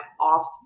off